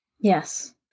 Yes